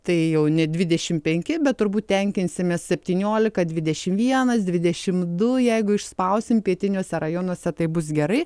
tai jau ne dvidešim penki bet turbūt tenkinsimės septyniolika dvidešim vienas dvidešim du jeigu išspausim pietiniuose rajonuose tai bus gerai